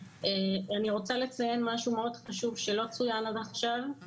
אני רוצה לציין משהו מאוד חשוב שלא צוין עד עכשיו,